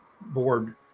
board